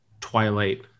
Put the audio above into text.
twilight